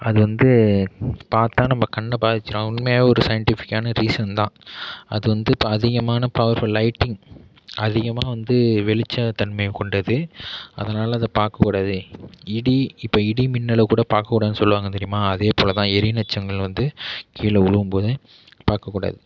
அது வந்து பார்த்தா நம்ம கண்ணை பாதிச்சுடும் உண்மையாகவே ஒரு சயின்டிஃபிக்கான ரீசன் தான் அது வந்து இப்போ அதிகமான பவர்ஃபுல் லைட்டிங் அதிகமாக வந்து வெளிச்ச தன்மையை கொண்டது அதனால் அதை பார்க்ககூடாது இடி இப்போ இடிமின்னலைக்கூட பார்க்கக் கூடாதுன்னு சொல்லுவாங்க தெரியுமா அதேபோலதான் எரிநட்சங்கள் வந்து கீழே விழும் போது பார்க்கக்கூடாது